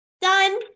Done